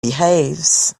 behaves